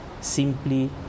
simply